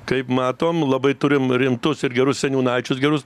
kaip matom labai turim rimtus ir gerus seniūnaičius gerus